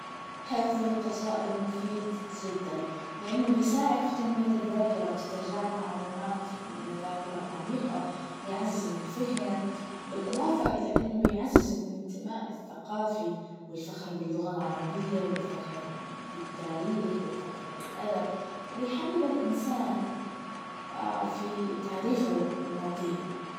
حفظ القصائد مفيد جدا, لأنه بيساعد في تنمية الذاكرة, واسترجاع المعلومات, من الذاكرة العميقة, بيعزز الفهم, بالإضافة إلى إنه بيعزز الإنتماء الثقافي, والفخر باللغة العربية, وال, وماضيه.